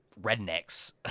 rednecks